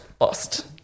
Lost